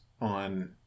on